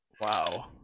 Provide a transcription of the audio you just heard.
Wow